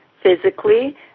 physically